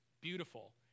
beautiful